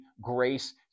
grace